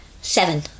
Seven